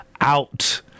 out